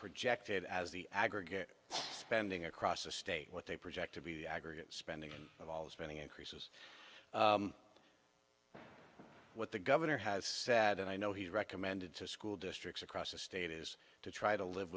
projected as the aggregate spending across the state what they project to be the aggregate spending of all the spending increases what the governor has said and i know he recommended to school districts across the state is to try to live